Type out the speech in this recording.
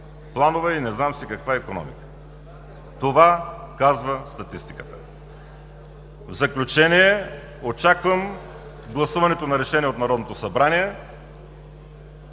планова и не знам си каква икономика. Това казва статистиката. В заключение, очаквам гласуването на Решение от Народното събрание.